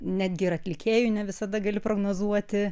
netgi ir atlikėjų ne visada gali prognozuoti